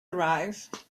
arrive